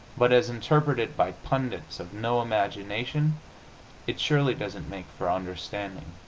but as interpreted by pundits of no imagination it surely doesn't make for understanding.